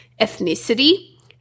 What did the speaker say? ethnicity